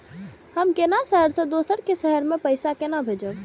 हम केना शहर से दोसर के शहर मैं पैसा केना भेजव?